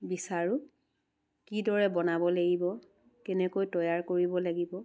বিচাৰোঁ কিদৰে বনাব লাগিব কেনেকৈ তৈয়াৰ কৰিব লাগিব